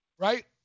Right